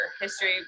History